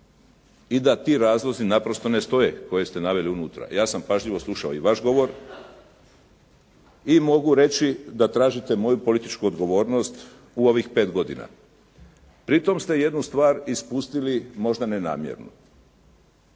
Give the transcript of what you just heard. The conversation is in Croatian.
i da ti razlozi naprosto ne stoje, koje ste naveli unutra. Ja sam pažljivo slušao i vaš govor i mogu reći da tražite moju političku odgovornost u ovih 5 godina. Pri tome ste jednu stvar ispustili, možda ne namjerno.